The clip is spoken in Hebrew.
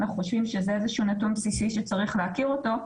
אנחנו חושבים שזה איזשהו נתון בסיסי שצריך להכיר אותו,